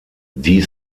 die